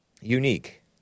Unique